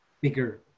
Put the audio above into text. bigger